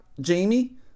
jamie